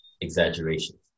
exaggerations